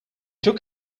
took